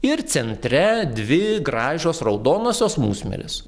ir centre dvi gražios raudonosios musmirės